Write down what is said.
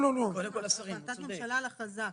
החלטת ממשלה על ההכרזה.